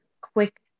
quick